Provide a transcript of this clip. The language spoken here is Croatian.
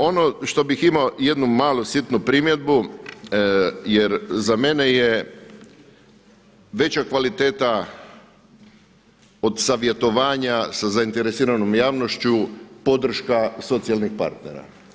Ono što bih imao jednu malu sitnu primjedbu jer za mene je veća kvaliteta od savjetovanja sa zainteresiranom javnošću podrška socijalnih partnera.